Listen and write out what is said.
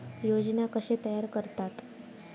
योजना कशे तयार करतात?